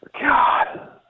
God